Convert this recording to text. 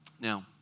Now